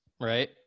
right